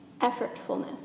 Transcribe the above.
effortfulness